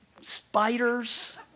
spiders